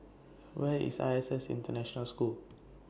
Where IS I S S International School